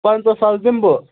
پَنٛژاہ ساس دِمہٕ بہٕ